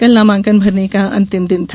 कल नामांकन भरने का अंतिम दिन था